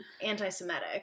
anti-Semitic